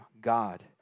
God